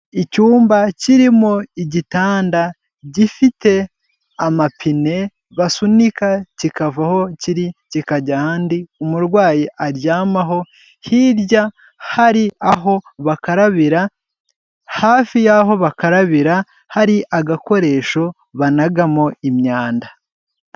Icyumba kirimo igitanda gifite amapine basunika kikavaho kiri kikajya ahandi umurwayi aryamaho hirya hari aho bakarabira hafi y'aho bakarabira hari agakoresho banagamo imyanda.